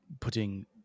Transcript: putting